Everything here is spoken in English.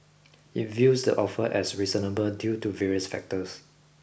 it views the offer as reasonable due to various factors